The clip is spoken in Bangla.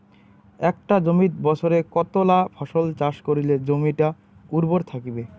একটা জমিত বছরে কতলা ফসল চাষ করিলে জমিটা উর্বর থাকিবে?